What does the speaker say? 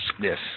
Yes